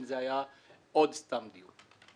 אם זה היה עוד סתם דיון.